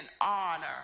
honor